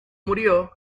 murió